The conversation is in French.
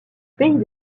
pays